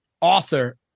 author